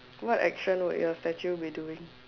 what action would your statue be doing